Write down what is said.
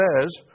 says